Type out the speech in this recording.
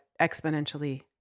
exponentially